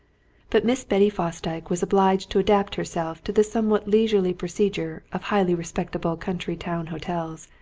but miss betty fosdyke was obliged to adapt herself to the somewhat leisurely procedure of highly respectable country-town hotels,